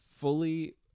fully